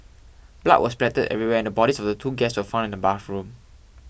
blood was spattered everywhere and the bodies of the two guests were found in the bathroom